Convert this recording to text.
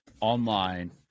online